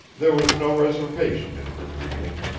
there was no reservation in her greeting.